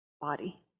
body